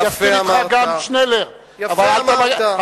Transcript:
יפה אמרת.